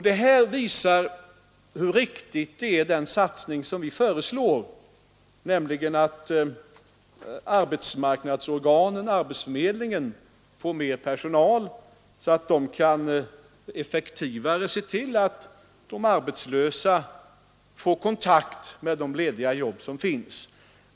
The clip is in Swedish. Detta visar hur riktig den satsning är som vi föreslår, nämligen att arbetsförmedlingarna skall få mer personal, så att de effektivare kan se till att arbetslösa får kontakt med de lediga jobb som finns.